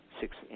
six